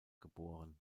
geboren